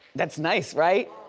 that's nice right?